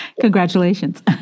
Congratulations